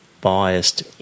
biased